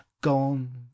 gone